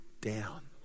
down